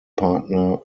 partner